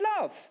love